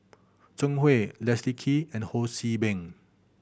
Zhang Hui Leslie Kee and Ho See Beng